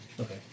Okay